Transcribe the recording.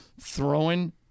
throwing